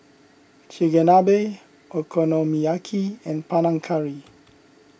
Chigenabe Okonomiyaki and Panang Curry